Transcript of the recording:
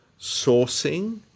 sourcing